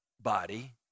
body